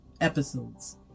episodes